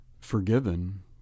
Forgiven